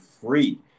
free